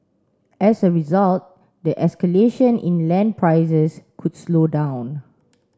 as a result the escalation in land prices could slow down